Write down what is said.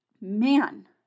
man